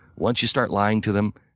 once you start lying to them,